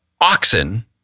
oxen